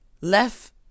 left